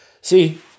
See